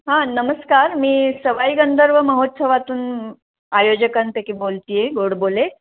हां नमस्कार मी सवाई गंधर्व महोत्सवातून आयोजकांपैकी बोलते आहे गोडबोले